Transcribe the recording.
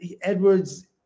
Edwards